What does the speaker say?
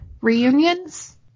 reunions